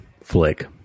flick